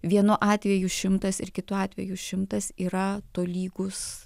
vienu atveju šimtas ir kitu atveju šimtas yra tolygus